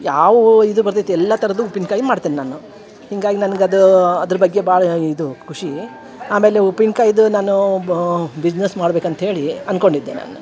ಯಾವ ಇದು ಬರ್ತೈತೆ ಎಲ್ಲ ಥರದ್ದು ಉಪ್ಪಿನ್ಕಾಯಿ ಮಾಡ್ತೇನೆ ನಾನು ಹೀಗಾಗಿ ನನ್ಗೆ ಅದು ಅದ್ರ ಬಗ್ಗೆ ಭಾಳ ಇದು ಖುಷಿ ಆಮೇಲೆ ಉಪ್ಪಿನಕಾಯಿದ್ದು ನಾನು ಬಿಸ್ನೆಝ್ ಮಾಡ್ಬೇಕು ಅಂತ್ಹೇಳಿ ಅಂದ್ಕೊಂಡಿದ್ದೆ ನಾನು